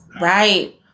Right